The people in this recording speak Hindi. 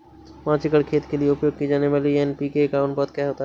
पाँच एकड़ खेत के लिए उपयोग की जाने वाली एन.पी.के का अनुपात क्या है?